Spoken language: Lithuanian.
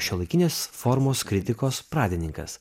šiuolaikinės formos kritikos pradininkas